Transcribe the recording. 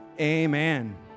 Amen